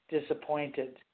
disappointed